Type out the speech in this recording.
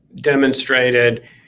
demonstrated